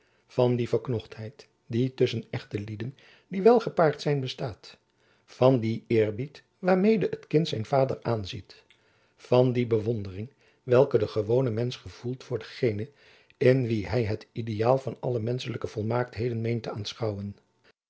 van die verknochtheid die tusschen echte lieden die wel gepaard zijn bestaat van dien eerbied waarmede het kind zijn vader aanziet van die bewondering welke de gewone mensch gevoelt voor dengene in wien hy het ideaal van alle menschelijke volmaaktheden meent te aanschouwen